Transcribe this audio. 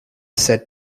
said